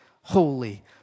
holy